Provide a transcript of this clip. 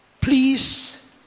Please